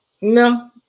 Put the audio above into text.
No